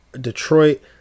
Detroit